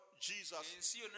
Jesus